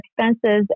expenses